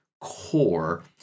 core